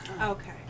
Okay